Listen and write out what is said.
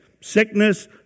Sickness